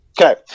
Okay